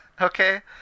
Okay